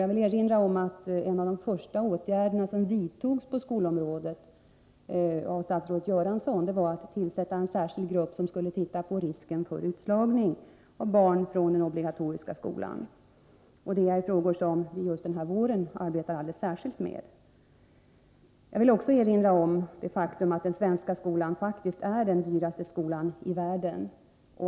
Jag vill erinra om att en av de första åtgärder som vidtogs på skolområdet var tillsättandet av den arbetsgrupp som skulle studera risken för utslagning av barn från den obligatoriska skolan. Denna grupp tillsattes av statsrådet Göransson. Dessa frågor arbetar vi särskilt med den här våren. Jag vill också erinra om det förhållandet att den svenska skolan faktiskt är den dyraste skolan i världen.